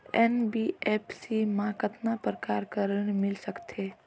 NBFC मा कतना प्रकार कर ऋण मिल सकथे?